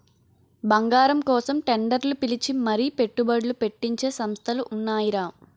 బంగారం కోసం టెండర్లు పిలిచి మరీ పెట్టుబడ్లు పెట్టించే సంస్థలు ఉన్నాయిరా